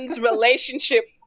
relationship